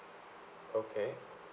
okay